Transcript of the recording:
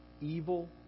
Evil